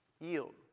yield